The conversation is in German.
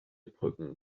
brücken